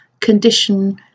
condition